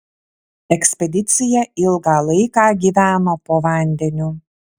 ekspedicija ilgą laiką gyveno po vandeniu